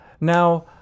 Now